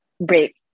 break